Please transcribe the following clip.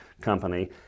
company